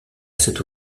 cette